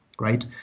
right